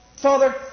Father